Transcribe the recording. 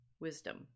wisdom